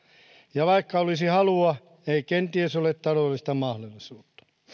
ja vaikka olisi halua ei kenties ole taloudellista mahdollisuutta